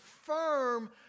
firm